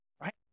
right